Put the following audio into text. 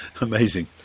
amazing